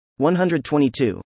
122